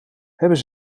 hebben